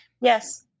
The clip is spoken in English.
Yes